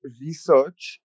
research